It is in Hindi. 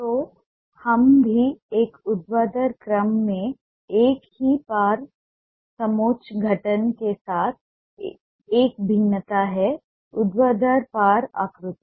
तो हम भी एक ऊर्ध्वाधर क्रम में एक ही पार समोच्च गठन के साथ एक भिन्नता है ऊर्ध्वाधर पार आकृति